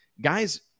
guys